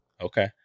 Okay